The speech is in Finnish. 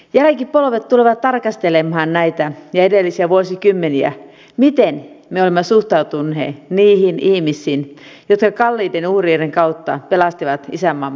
jälkipolvet tulevat tarkastelemaan näitä ja edellisiä vuosikymmeniä miten me olemme suhtautuneet niihin ihmisiin jotka kalliiden uhrien kautta pelastivat isänmaamme vapauden